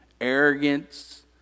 arrogance